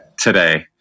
today